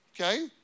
Okay